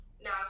Now